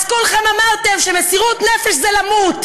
אז כולכם אמרתם שמסירות נפש זה למות.